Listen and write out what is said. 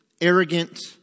arrogant